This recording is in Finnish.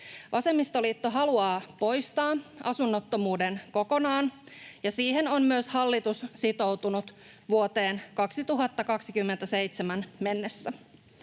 Vasemmistoliitto haluaa poistaa asunnottomuuden kokonaan, ja siihen on myös hallitus sitoutunut vuoteen 2027 mennessä.